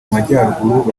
majyaruguru